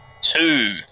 Two